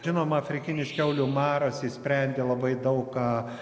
žinoma afrikinis kiaulių maras išsprendė labai daug ką